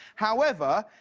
however,